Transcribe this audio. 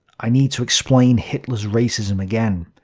i need to explain hitler's racism again.